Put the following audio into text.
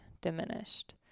diminished